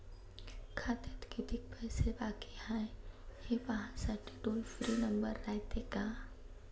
खात्यात कितीक पैसे बाकी हाय, हे पाहासाठी टोल फ्री नंबर रायते का?